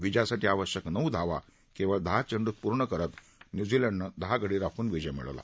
विजयासाठी आवश्यक नऊ धावा केवळ दहा चेंडूत पूर्ण करत न्यूझीलंडनं भारतावर दहा गडी राखून विजय मिळवला